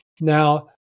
Now